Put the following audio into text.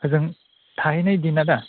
हजों थाहैनाय दिनआ दा